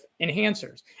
enhancers